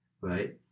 right